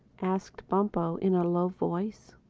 asked bumpo in a low voice.